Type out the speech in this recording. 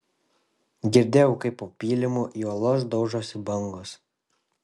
girdėjau kaip po pylimu į uolas daužosi bangos